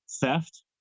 theft